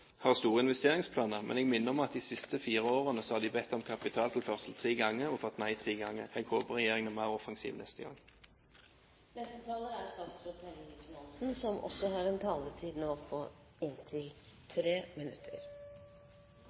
har store investeringsplaner, men jeg minner om at de siste fire årene har de bedt om kapitaltilførsel tre ganger og fått nei tre ganger. Jeg håper regjeringen er mer offensiv neste gang. Jeg oppfatter at representanten Solvik-Olsen syns han hører det samme budskapet gjentatt. Det er